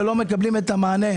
ולא מקבלים מענה.